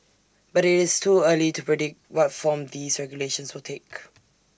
but it's too early to predict what form these regulations will take